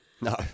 No